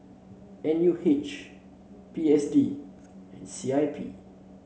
N U H P S D and C I P